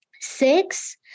six